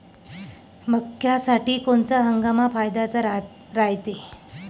मक्क्यासाठी कोनचा हंगाम फायद्याचा रायते?